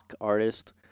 artist